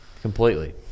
completely